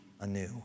anew